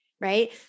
right